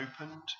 opened